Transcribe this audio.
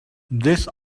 this